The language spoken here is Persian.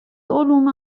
علوم